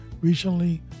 recently